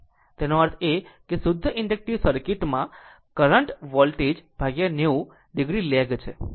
આમ તેનો અર્થ એ કે શુદ્ધ ઇન્ડકટીવ સર્કિટ માં કરંટ વોલ્ટેજ 90 o લેગ છે